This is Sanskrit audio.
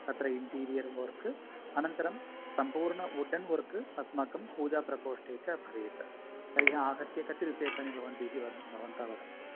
तत्र इण्टीरियर् वर्क् अनन्तरं सम्पूर्णवुडन् वर्क् अस्माकं पूजा प्रकोष्ठे च भवेत् तर्हि आहत्य कति रूप्यकाणि भवन्ति इति व भवन्तः वदन्तु